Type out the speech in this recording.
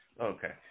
Okay